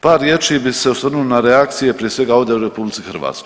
Par riječi bi se osvrnuo na reakcije prije svega, ovdje u RH.